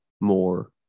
more